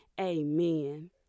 Amen